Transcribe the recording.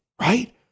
right